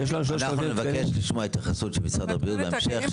אנחנו נבקש התייחסות של משרד הבריאות בהמשך,